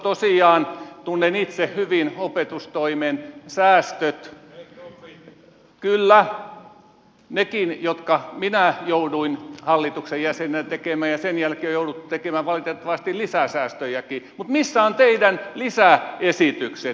tosiaan tunnen itse hyvin opetustoimen säästöt kyllä nekin jotka minä jouduin hallituksen jäsenenä tekemään ja sen jälkeen on jouduttu tekemään valitettavasti lisää säästöjäkin mutta missä on teidän lisäesityksenne